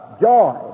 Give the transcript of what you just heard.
joy